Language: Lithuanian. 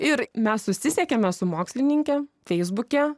ir mes susisiekėme su mokslininke feisbuke